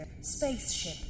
Spaceship